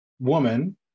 woman